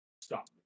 stop